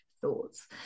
thoughts